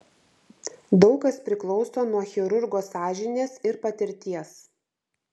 daug kas priklauso nuo chirurgo sąžinės ir patirties